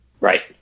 Right